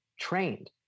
trained